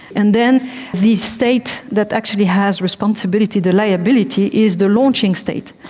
and then the state that actually has responsibility, the liability, is the launching state.